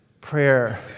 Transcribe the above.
prayer